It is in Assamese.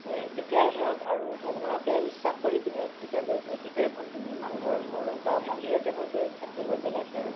তেতিয়াই ধৰক আৰু ভগৱানকে বিশ্বাস কৰি পিনে তেতিয়া গৈ পিনে কি কৰে নামঘৰত হওক বা মন্দিৰতে হওকগৈ চাকি এগছ জ্বলাই থৈ আহেগৈ